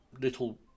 little